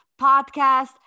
podcast